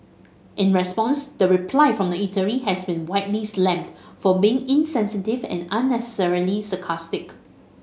in response the reply from the eatery has been widely slammed for being insensitive and unnecessarily sarcastic